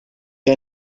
què